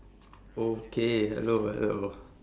okay hello hello